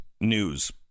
news